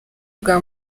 bwa